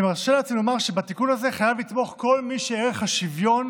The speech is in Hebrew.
אני מרשה לעצמי לומר שבתיקון הזה חייב לתמוך כל מי שערך השוויון,